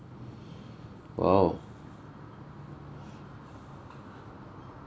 !wow!